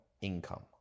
income